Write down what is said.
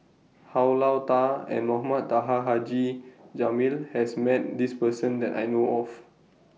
Hao Lao DA and Mohamed Taha Haji Jamil has Met This Person that I know of